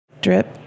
Drip